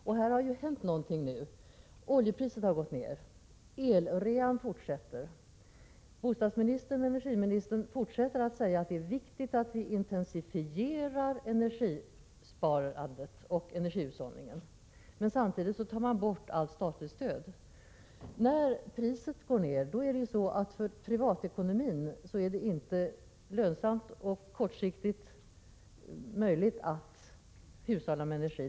Och det har ju hänt någonting på detta område, nämligen att oljepriset har gått ned, och el-rean fortsätter. Bostadsministern och energiministern fortsätter att framhålla att det är viktigt att vi intensifierar energisparandet och energihushållningen. Men samtidigt tar man bort allt statligt stöd. När priset går ned, är det för privatekonomin inte lönsamt och på kort sikt inte möjligt att hushålla med energi.